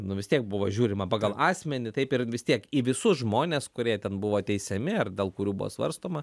nu vis tiek buvo žiūrima pagal asmenį taip ir vis tiek į visus žmones kurie ten buvo teisiami ar dėl kurių buvo svarstoma